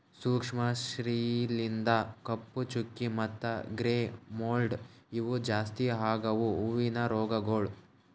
ಸೂಕ್ಷ್ಮ ಶಿಲೀಂಧ್ರ, ಕಪ್ಪು ಚುಕ್ಕಿ ಮತ್ತ ಗ್ರೇ ಮೋಲ್ಡ್ ಇವು ಜಾಸ್ತಿ ಆಗವು ಹೂವಿನ ರೋಗಗೊಳ್